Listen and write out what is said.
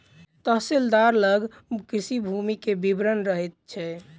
तहसीलदार लग कृषि भूमि के विवरण रहैत छै